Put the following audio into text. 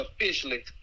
officially